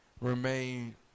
remain